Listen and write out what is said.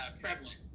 prevalent